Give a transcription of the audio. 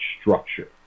structure